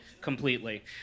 completely